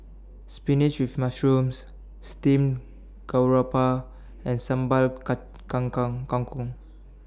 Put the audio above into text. Spinach with Mushrooms Steamed Garoupa and Sambal cut kangkang Kangkong